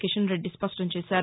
కిషన్రెడ్డి స్పష్టం చేశారు